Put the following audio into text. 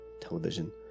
television